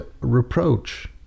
reproach